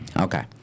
Okay